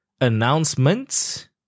announcements